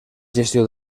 gestió